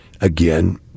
Again